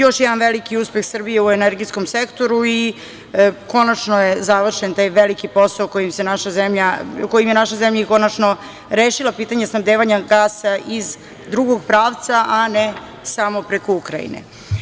Još jedan veliki uspeh Srbije u energetskom sektoru i konačno je završen taj veliki posao kojim je naša zemlja i konačno rešila pitanje snabdevanja gasa iz drugog pravca, a ne samo preko Ukrajine.